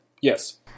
Yes